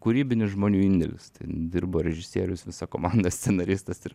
kūrybinis žmonių indėlis dirbo režisierius visa komanda scenaristas ir